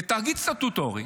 זה תאגיד סטטוטורי